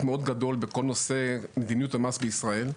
גדול מאוד בכל נושא מדיניות המס בישראל.